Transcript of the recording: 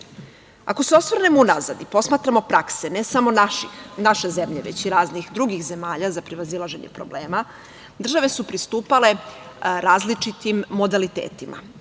Ako se osvrnemo unazad i posmatramo prakse, ne samo naše zemlje nego i raznih drugih zemalja za prevazilaženje problema, države su pristupale različitim modalitetima